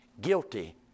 guilty